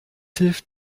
hilft